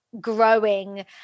growing